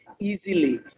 easily